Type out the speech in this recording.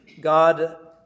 God